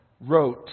wrote